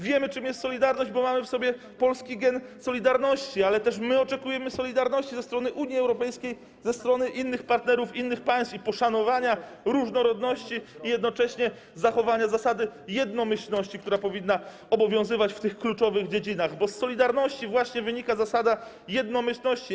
Wiemy, czym jest solidarność, bo mamy w sobie polski gen solidarności, ale też my oczekujemy solidarności ze strony Unii Europejskiej, ze strony innych partnerów, innych państw i poszanowania różnorodności, a jednocześnie zachowania zasady jednomyślności, która powinna obowiązywać w kluczowych dziedzinach, bo z solidarności właśnie wynika zasada jednomyślności.